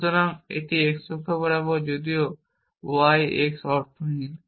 সুতরাং এটি x অক্ষ বরাবর যদিও y x অর্থহীন